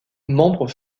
membre